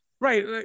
right